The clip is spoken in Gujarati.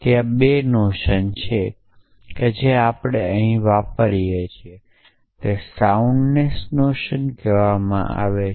ત્યાં 2 નોશન છે કે જે આપણે અહીં વાપરીએ છીએ તે છે સાઉન્ડનેસ્સ નોશન કહેવાય છે